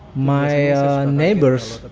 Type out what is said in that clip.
my neighbors